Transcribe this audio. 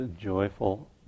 joyful